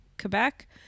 Quebec